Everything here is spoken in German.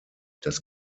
das